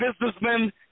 businessmen